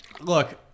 look